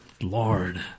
Lord